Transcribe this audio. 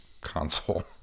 console